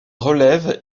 relève